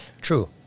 True